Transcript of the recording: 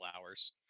hours